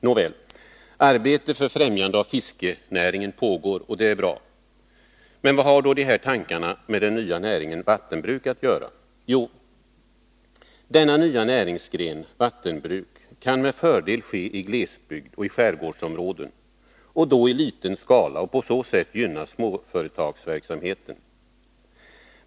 Nåväl, arbete för främjande av fiskerinäringen pågår, och det är bra. Men vad har då tankarna på en ny näring med vattenbruk att göra? Jo, denna nya näringsgren, vattenbruk, kan med fördel i liten skala idkas i glesbygd och i skärgårdsområden, och den kan på så sätt gynna småföretagsverksamheten.